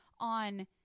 on